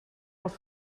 els